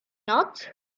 not